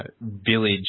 village